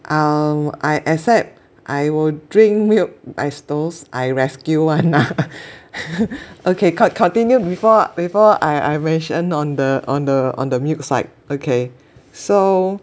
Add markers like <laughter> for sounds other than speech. um I except I will drink milk as those I rescue [one] lah <laughs> okay cont~ continued before before I I mention on the on the on the milk side okay so